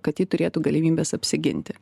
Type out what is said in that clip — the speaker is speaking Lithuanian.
kad ji turėtų galimybes apsiginti